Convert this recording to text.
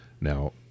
Now